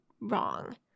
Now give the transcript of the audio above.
wrong